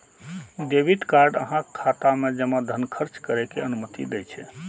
debit card अहांक खाता मे जमा धन खर्च करै के अनुमति दै छै